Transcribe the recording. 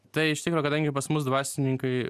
tai iš tikro kadangi pas mus dvasininkai